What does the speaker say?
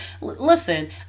Listen